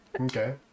Okay